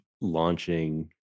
launching